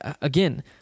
again